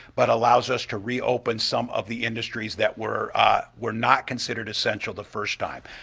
but allows us to reopen some of the industries that were were not considered essential the first time.